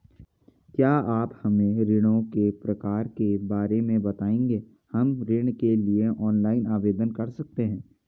क्या आप हमें ऋणों के प्रकार के बारे में बताएँगे हम ऋण के लिए ऑनलाइन आवेदन कर सकते हैं?